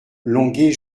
longué